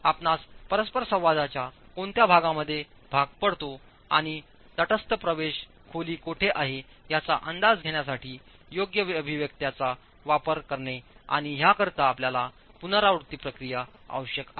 आपणास परस्परसंवादाच्या कोणत्या भागामध्ये भाग पडतो आणि तटस्थ प्रवेश खोली कोठे आहे याचा अंदाज घेण्यासाठी योग्य अभिव्यक्त्यांचा वापर करणे आणि ह्याकरिता आपल्याला पुनरावृत्ती प्रक्रिया आवश्यक आहे